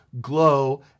Glow